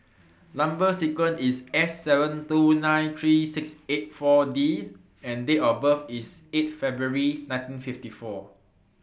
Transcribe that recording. Number sequence IS S seven two nine three six eight four D and Date of birth IS eight February nineteen fifty four